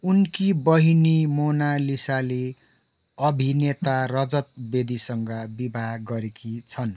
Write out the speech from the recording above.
उनकी बहिनी मोनालिसाले अभिनेता रजत बेदीसँग विवाह गरेकी छन्